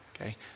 okay